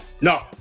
No